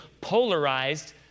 polarized